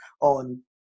on